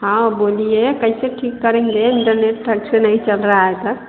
हँ बोलिए कैसे ठीक करेंगे इन्टरनेट ढंगसँ नहि चल रहा है